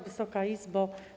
Wysoka Izbo!